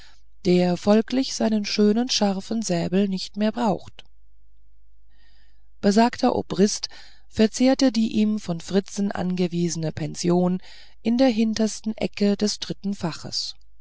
der folglich seinen schönen scharfen säbel nicht mehr braucht besagter obrister verzehrte die ihm von fritzen angewiesene pension in der hintersten ecke des dritten faches